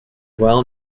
well